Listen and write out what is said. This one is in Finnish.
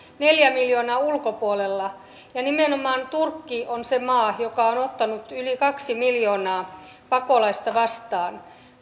neljä miljoonaa ulkopuolella ja nimenomaan turkki on se maa joka on ottanut yli kaksi miljoonaa pakolaista vastaan